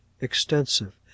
extensive